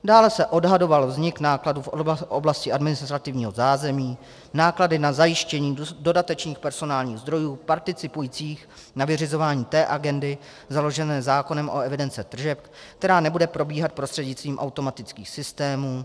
Dále se odhadoval vznik nákladů v oblasti administrativního zázemí, náklady na zajištění dodatečných personálních zdrojů participujících na vyřizování té agendy založené zákonem o evidenci tržeb, která nebude probíhat prostřednictvím automatických systémů.